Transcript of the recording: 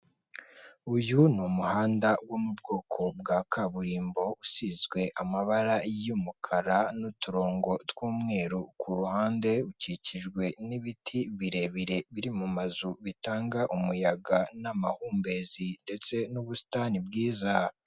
Uyu ni umuhanda wo mu bwoko bwa kaburimbo usizwe amabara y'umukara n'uturongo tw'umweru, ku ruhande ukikijwe n'ibiti birebire biri mu mazu bitanga umuyaga n'amahumbezi ndetse n'ubusitani bwiza.